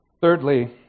Thirdly